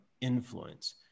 influence